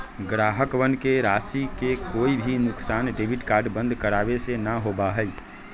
ग्राहकवन के राशि के कोई भी नुकसान डेबिट कार्ड बंद करावे से ना होबा हई